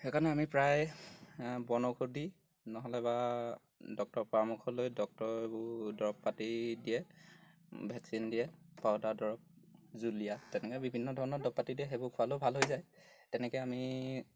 সেইকাৰণে আমি প্ৰায় বনৌষধি নহ'লেবা ডক্টৰৰ পৰামৰ্শ লৈ ডক্টৰে এইবোৰ দৰৱ পাতি দিয়ে ভেকচিন দিয়ে পাউদাৰ দৰৱ জুলীয়া তেনেকৈ বিভিন্ন ধৰণৰ দৰৱ পাতি দিয়ে সেইবোৰ খোৱালেও ভাল হৈ যায় তেনেকৈ আমি